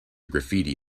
graffiti